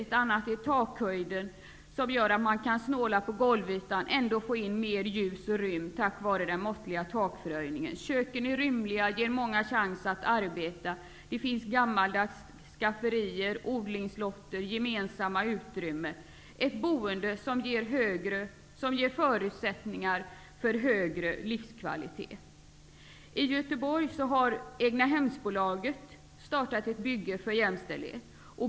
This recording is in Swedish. Ett annat är takhöjden, som gör att man kan snåla på golvytan och ändå få in mer ljus och rymd tack vare den måttliga takförhöjningen. Köken är rymliga och ger många chans att arbeta tillsammans. Det finns gammaldags skafferier, odlingslotter och gemen samma utrymmen. Det här är ett boende som ger förutsättningar för högre livskvalitet. I Göteborg har Egnahemsbolaget startat ett bygge för jämställdhet.